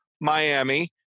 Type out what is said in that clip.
Miami